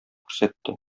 күрсәтте